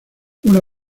una